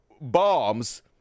bombs